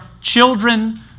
children